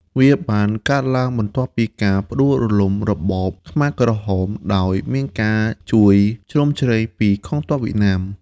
វាបានកើតឡើងបន្ទាប់ពីការផ្ដួលរំលំរបបខ្មែរក្រហម ដោយមានការជួយជ្រោមជ្រែងពីកងទ័ពវៀតណាម ។